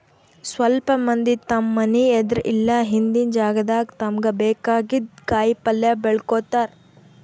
ಸ್ವಲ್ಪ್ ಮಂದಿ ತಮ್ಮ್ ಮನಿ ಎದ್ರ್ ಇಲ್ಲ ಹಿಂದಿನ್ ಜಾಗಾದಾಗ ತಮ್ಗ್ ಬೇಕಾಗಿದ್ದ್ ಕಾಯಿಪಲ್ಯ ಬೆಳ್ಕೋತಾರ್